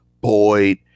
Boyd